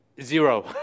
zero